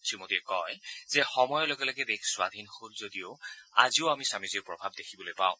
শ্ৰীমোদীয়ে কয় যে সময়ৰ লগে লগে দেশ স্বাধীন হ'ল যদিও আমি আজিও স্বামীজীৰ প্ৰভাৱ দেখিবলৈ পাওঁ